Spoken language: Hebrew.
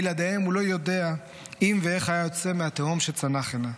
בלעדיהם הוא לא יודע אם ואיך היה יוצא מהתהום שצנח אליה.